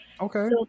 Okay